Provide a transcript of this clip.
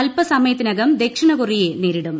അൽപസമയത്തിനകം ദക്ഷിണകൊറിയയെ നേരിടും